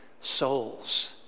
souls